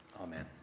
Amen